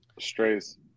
strays